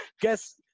guess